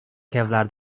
kevlar